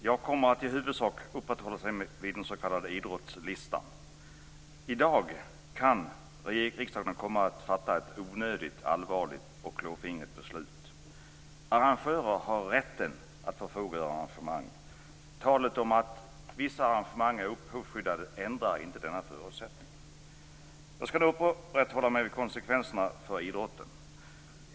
Fru talman! Jag kommer i huvudsak att uppehålla mig vid den s.k. idrottslistan. I dag kan riksdagen komma att fatta ett onödigt, allvarligt och klåfingrigt beslut. Arrangörer har rätten att förfoga över arrangemang. Talet om att vissa arrangemang är upphovsrättsskyddade ändrar inte denna förutsättning. Jag skall uppehålla mig vid konsekvenserna för idrotten.